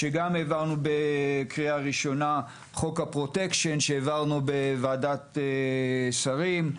אם זה חוק הפרוטקשן שהעברנו בוועדת שרים,